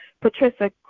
Patricia